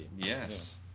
Yes